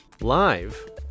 live